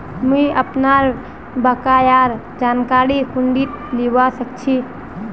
मुई अपनार बकायार जानकारी कुंठित लिबा सखछी